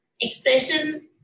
expression